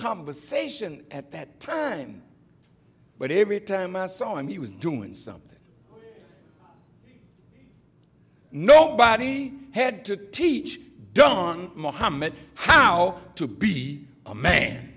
conversation at that time but every time i saw him he was doing something nobody had to teach don mohammad how to be a man